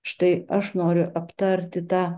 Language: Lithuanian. štai aš noriu aptarti tą